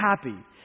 happy